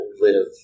live